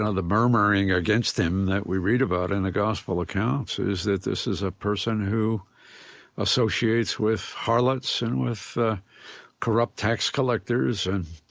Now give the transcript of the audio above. ah the murmuring against him that we read about in the gospel accounts is that this is a person who associates with harlots and with corrupt tax collectors and,